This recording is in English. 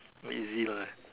very easy life